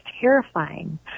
terrifying